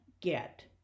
get